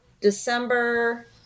December